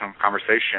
conversation